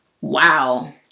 Wow